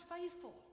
faithful